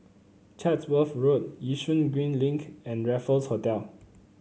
Chatsworth Road Yishun Green Link and Raffles Hotel